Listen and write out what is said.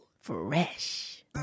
Fresh